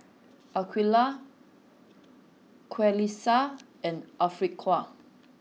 Aqeelah Qalisha and Afiqah